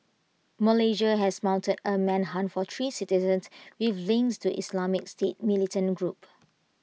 Malaysia has mounted A manhunt for three citizens with links to the Islamic state militant group